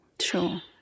Sure